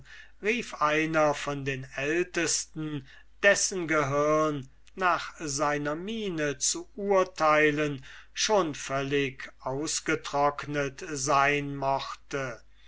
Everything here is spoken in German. rief einer von den ältesten dessen gehirn nach seiner miene zu urteilen schon völlig ausgetrocknet sein mochte